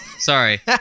Sorry